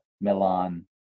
milan